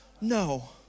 No